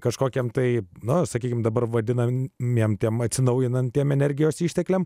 kažkokiam tai na sakykime dabar vadinamiem tiem atsinaujinantiems energijos ištekliams